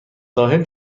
ساحل